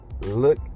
Look